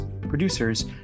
producers